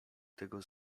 tego